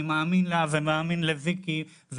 אני מאמין לה ומאמין לויקי,